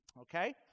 okay